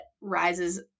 rises